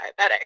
diabetic